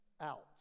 Out